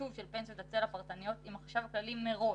החישוב של פנסיות הצל הפרטניות עם החשב הכללי מראש.